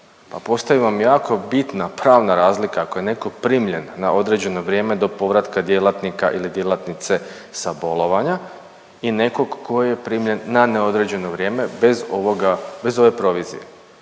postoji vam jako bitna pravna razlika ako je netko primljen na određeno vrijeme do povratka djelatnika ili djelatnice sa bolovanja i nekog tko je primljen na neodređeno vrijeme, bez ovoga, bez